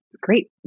great